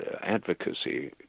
advocacy